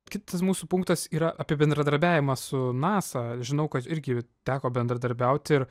kitas mūsų punktas yra apie bendradarbiavimą su nasa žinau kad irgi teko bendradarbiauti ir